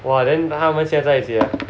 !wah! then 他们现在一些